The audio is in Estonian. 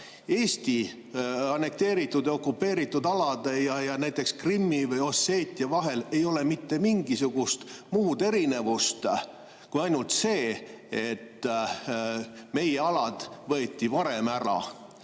Eesti annekteeritud ja okupeeritud alade ning näiteks Krimmi või Osseetia vahel ei ole mitte mingisugust muud erinevust kui ainult see, et meie alad võeti varem ära.